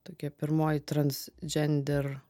tokia pirmoji trans džender